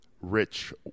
rich